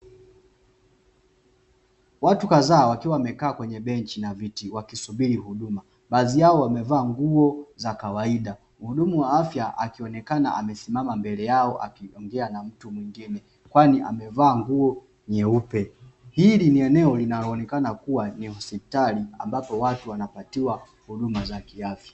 Watu kadha wakiwa wamekaa kwenye benchi na viti wakisubiri huduma, baadhi yao wamevaa nguo za kawaida. Mhudumu wa afya akionekana amesimama mbele yao akiongea na mtu mwingine, kwani amevaa nguo nyeupe. Hili linaloonekana kuwa ni hospitali ambapo watu wanapatiwa huduma za kiafya.